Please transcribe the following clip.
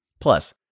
Plus